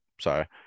sorry